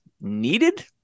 needed